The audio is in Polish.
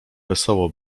wesoło